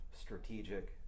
strategic